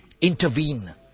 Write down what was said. intervene